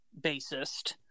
bassist